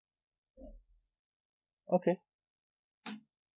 okay